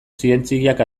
zientziak